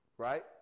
Right